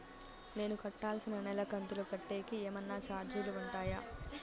నేను కట్టాల్సిన నెల కంతులు కట్టేకి ఏమన్నా చార్జీలు ఉంటాయా?